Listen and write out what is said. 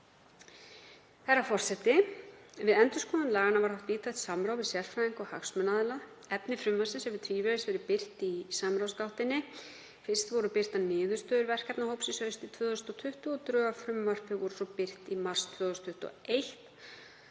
Herra forseti. Við endurskoðun laganna var haft víðtækt samráð við sérfræðinga og hagsmunaaðila. Efni frumvarpsins hefur tvívegis verið birt í samráðsgáttinni. Fyrst voru birtar niðurstöður verkefnahópsins haustið 2020 og drög að frumvarpi voru svo birt í mars 2021.